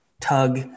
tug